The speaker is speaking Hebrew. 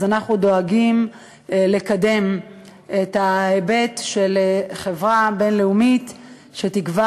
אז אנחנו דואגים לקדם את ההיבט של חברה בין-לאומית שתקבע